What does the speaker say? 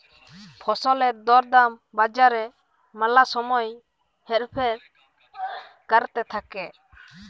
ফসলের দর দাম বাজারে ম্যালা সময় হেরফের ক্যরতে থাক্যে